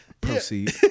Proceed